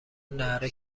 ﺷﯿﺮﺍﻥ